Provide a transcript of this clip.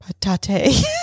Patate